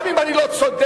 גם אם אני לא צודק,